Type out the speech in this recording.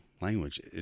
language